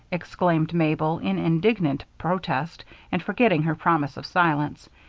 exclaimed mabel, in indignant protest and forgetting her promise of silence.